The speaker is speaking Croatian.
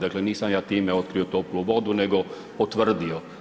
Dakle nisam ja time otkrio toplu vodu, nego potvrdio.